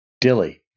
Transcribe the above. Dilly